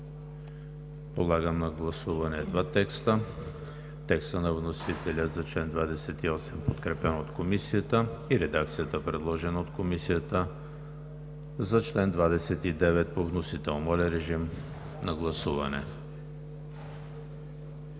Подлагам на гласуване два текста: текста на вносителя за чл. 28, подкрепен от Комисията, и редакцията, предложена от Комисията за чл. 29 по вносител. Гласували